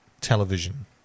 television